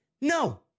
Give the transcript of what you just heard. No